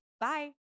Bye